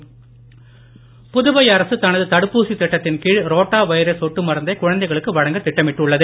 ரோட்டா virus Puduvai அரசு தனது தடுப்பூசி திட்டத்தின் கீழ் ரோட்டா வைரஸ் சொட்டு மருந்தை குழந்தைகளுக்கு வழங்க திட்டமிட்டுள்ளது